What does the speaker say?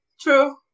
True